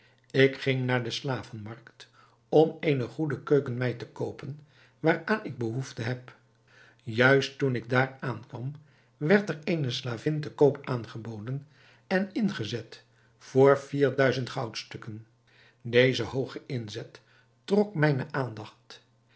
ik ging naar de slavenmarkt om eene goede keukenmeid te koopen waaraan ik behoefte heb juist toen ik daar aankwam werd er eene slavin te koop aangeboden en ingezet voor vier duizend goudstukken deze hooge inzet trok mijne aandacht